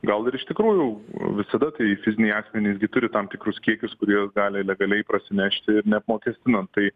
gal ir iš tikrųjų visada tai fiziniai asmenys turi tam tikrus kiekius kuriuos gali legaliai parsinešti neapmokestinant tai